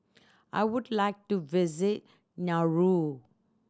I would like to visit Nauru